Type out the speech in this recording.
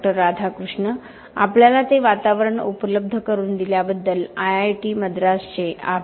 राधाकृष्ण आपल्याला ते वातावरण उपलब्ध करून दिल्याबद्दल आयआयटी मद्रासचे आभार